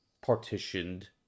partitioned